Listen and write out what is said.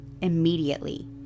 immediately